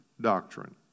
doctrine